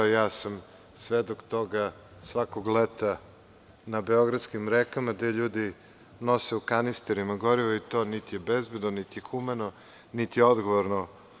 Ja sam svedok toga svakog leta na beogradskim rekama, gde ljudi nose u kanisterima gorivo i to niti je bezbedno, niti je humano, niti je odgovorno.